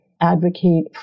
advocate